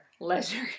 leisure